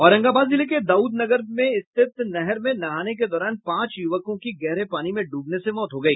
औरंगाबाद जिले के दाउदनगर में रिथित नहर में नहाने के दौरान पांच युवकों की गहरे पानी में ड्रबने से मौत हो गई